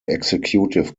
executive